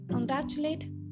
congratulate